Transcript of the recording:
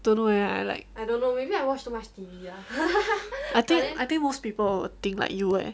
don't know eh I like I think I think most people would think like you eh